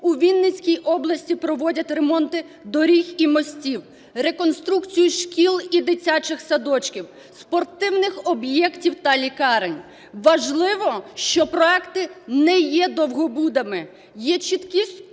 у Вінницькій області проводять ремонти доріг і мостів, реконструкція шкіл і дитячих садочків, спортивних об'єктів та лікарень. Важливо, що проекти не є довгобудами, є чіткі